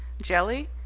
jelly?